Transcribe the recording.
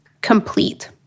complete